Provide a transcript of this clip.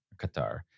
qatar